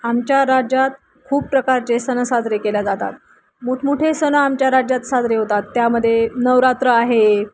आमच्या राज्यात खूप प्रकारचे सण साजरे केले जातात मोठमोठे सण आमच्या राज्यात साजरे होतात त्यामध्ये नवरात्र आहे